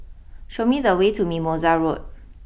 show me the way to Mimosa Road